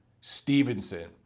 Stevenson